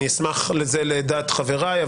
אני אשמח לזה לדעת חבריי,